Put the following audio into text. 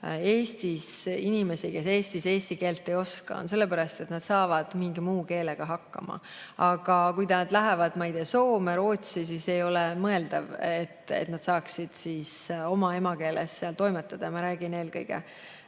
Eestis inimesi, kes eesti keelt ei oska? Sellepärast, et nad saavad mingi muu keelega hakkama. Aga kui nad lähevad, ma ei tea, Soome või Rootsi, siis ei ole mõeldav, et nad saaksid seal oma emakeeles toimetada. Ma räägin eelkõige